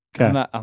Okay